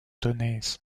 donnez